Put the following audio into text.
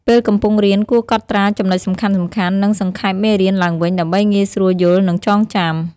ពេលកំពុងរៀន គួរកត់ត្រាចំណុចសំខាន់ៗ និងសង្ខេបមេរៀនឡើងវិញ ដើម្បីងាយស្រួលយល់ និងចងចាំ។